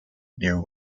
near